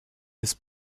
his